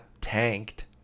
tanked